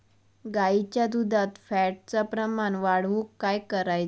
गाईच्या दुधात फॅटचा प्रमाण वाढवुक काय करायचा?